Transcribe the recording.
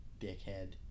dickhead